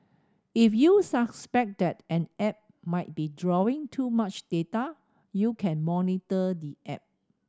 if you suspect that an app might be drawing too much data you can monitor the app